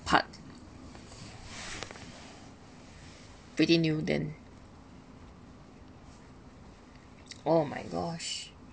part pretty new then oh my gosh